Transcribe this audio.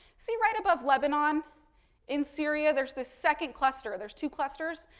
see right above lebanon in syria, there's this second cluster, there's two clusters.